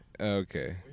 okay